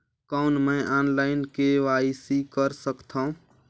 कौन मैं online KYC कर सकथव?